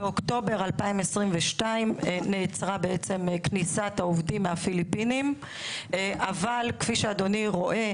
באוקטובר 2022 נעצרה כניסת העובדים מהפיליפינים אבל כפי שאדוני רואה,